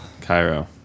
cairo